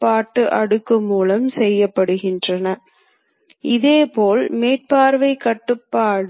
போதுமான அளவு நியாயப்படுத்தப்படுவதைக் கண்டோம்